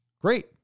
Great